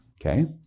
Okay